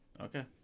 okay